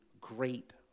great